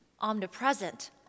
omnipresent